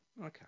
okay